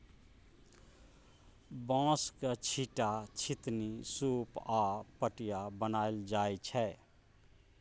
बाँसक, छीट्टा, छितनी, सुप आ पटिया बनाएल जाइ छै